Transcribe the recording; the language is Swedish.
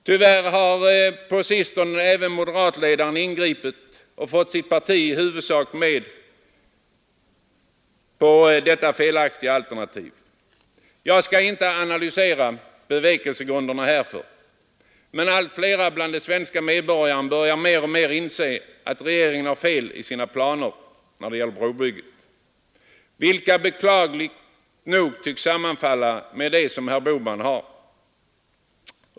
Tyvärr har på sistone även moderatledaren ingripit och fått sitt parti i huvudsak med på detta felaktiga alternativ. Jag skall inte analysera bevekelsegrunderna härför, men allt flera av de svenska medborgarna börjar inse att regeringen när det gäller brobygget har fel i sina planer, vilka beklagligt nog tycks sammanfalla med dem som herr Bohman har.